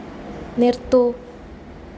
നിർത്തൂ